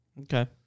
Okay